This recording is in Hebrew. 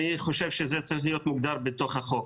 אני חושב שזה צריך להיות מוגדר בתוך החוק.